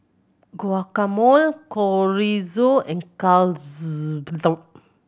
Guacamole Chorizo and